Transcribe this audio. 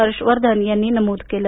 हर्ष वर्धन यांनी नमूद केलं